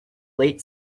late